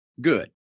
good